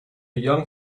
young